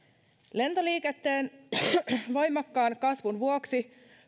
lentoliikenteen voimakkaan kasvun vuoksi